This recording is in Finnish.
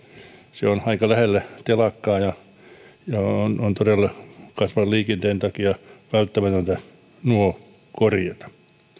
se on aika lähellä telakkaa ja on on todella kasvavan liikenteen takia välttämätöntä nuo korjata